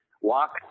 walk